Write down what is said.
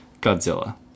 Godzilla